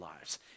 lives